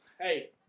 Hey